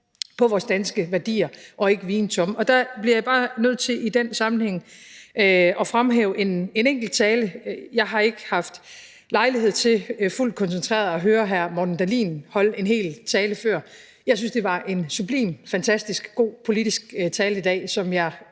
på vores danske værdier og ikke vige en tomme. Der bliver jeg bare nødt til i den sammenhæng at fremhæve en enkelt tale. Jeg har ikke haft lejlighed til fuldt koncentreret at høre hr. Morten Dahlin holde en hel tale før. Jeg synes, at det var en sublim, fantastisk god politisk tale i dag, som jeg